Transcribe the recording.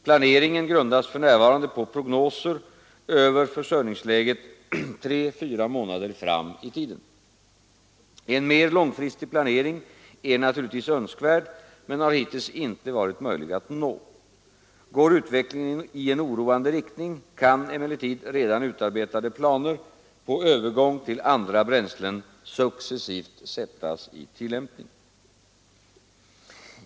Planeringen grundas för närvarande på prognoser över försörjningsläget tre fyra månader fram i tiden. En mer långfristig planering är naturligtvis önskvärd men har hittills ej varit möjlig att nå. Går utvecklingen i en oroande riktning, kan emellertid redan utarbetade planer på övergång till andra bränslen successivt sättas i tillämpning.